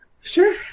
Sure